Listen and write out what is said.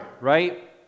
right